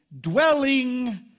dwelling